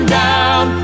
down